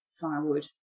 firewood